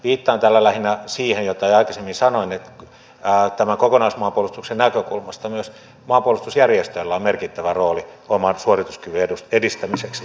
viittaan tällä lähinnä siihen mitä jo aikaisemmin sanoin että tämän kokonaismaanpuolustuksen näkökulmasta myös maanpuolustusjärjestöillä on merkittävä rooli koko maan suorituskyvyn edistämiseksi